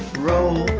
row,